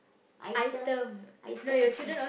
item item uh